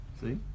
see